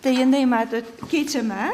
tai jinai matot keičiama